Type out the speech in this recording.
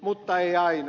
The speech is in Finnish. mutta ei aina